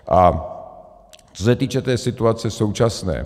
A co se týče té situace současné.